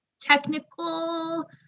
technical